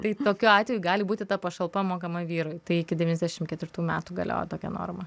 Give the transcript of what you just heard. tai tokiu atveju gali būti ta pašalpa mokama vyrui tai iki devyniasdešim ketvirtų metų galiojo tokia norma